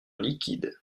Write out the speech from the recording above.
liquide